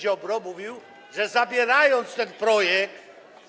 Ziobro mówił, że zabierając ten projekt.